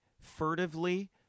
furtively